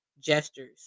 gestures